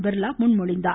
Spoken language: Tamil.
பிர்லா முன்மொழிந்தார்